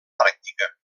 pràctica